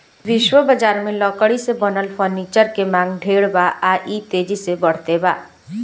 विश्व बजार में लकड़ी से बनल फर्नीचर के मांग ढेर बा आ इ तेजी से बढ़ते बा